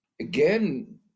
Again